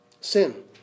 Sin